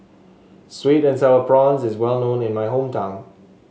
sweet and sour prawns is well known in my hometown